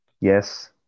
Yes